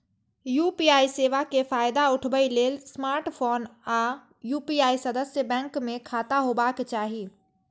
UPI सेवा के फायदा उठबै लेल स्मार्टफोन आ यू.पी.आई सदस्य बैंक मे खाता होबाक चाही